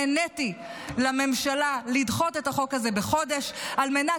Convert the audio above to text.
נעניתי לממשלה לדחות את החוק הזה בחודש על מנת